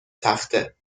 تخته